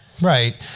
Right